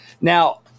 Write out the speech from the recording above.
Now